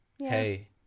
Hey